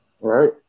Right